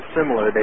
similar